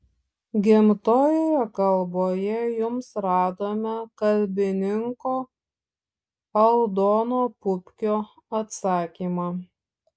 gimtojoje kalboje jums radome kalbininko aldono pupkio atsakymą